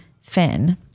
Finn